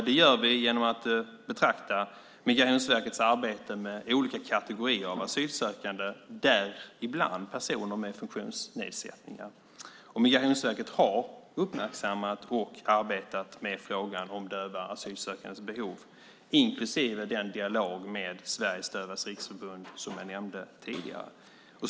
Det gör vi genom att betrakta Migrationsverkets arbete med olika kategorier av asylsökande, däribland personer med funktionsnedsättningar. Migrationsverket har uppmärksammat och arbetat med frågan om döva asylsökandes behov, inklusive den dialog med Sveriges Dövas Riksförbund, som jag tidigare nämnde.